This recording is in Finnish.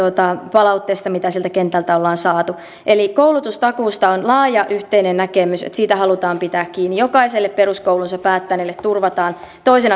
palautteesta mitä sieltä kentältä ollaan saatu eli koulutustakuusta on laaja yhteinen näkemys että siitä halutaan pitää kiinni jokaiselle peruskoulunsa päättäneelle turvataan toisen